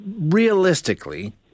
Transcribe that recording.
realistically